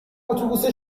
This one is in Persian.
اتوبوس